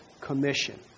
Commission